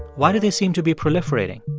why do they seem to be proliferating?